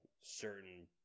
certain